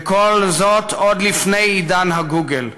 וכל זאת עוד לפני עידן הגוגל.